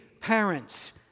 parents